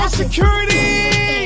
security